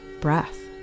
breath